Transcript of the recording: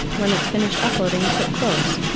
when it's finished uploading, click close.